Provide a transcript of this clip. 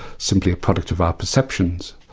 simply a product of our perceptions.